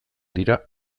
dira